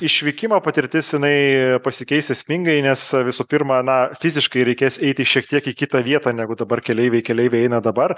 išvykimo patirtis jinai pasikeis esmingai nes visų pirma na fiziškai reikės eiti šiek tiek į kitą vietą negu dabar keleiviai keleiviai eina dabar